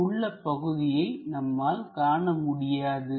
இங்குள்ள பகுதியை நம்மால் காண முடியாது